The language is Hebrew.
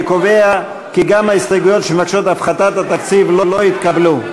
אני קובע כי גם ההסתייגויות שמבקשות הפחתת התקציב לא התקבלו.